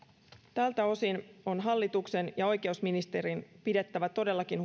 tältä osin on hallituksen ja oikeusministerin pidettävä todellakin